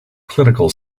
clinical